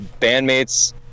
bandmates